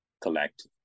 collect